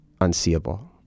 unseeable